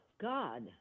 God